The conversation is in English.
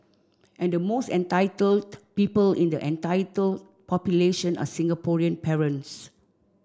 and the most entitled people in the entitled population are Singaporean parents